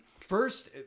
First